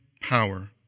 power